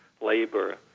labor